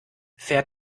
fährt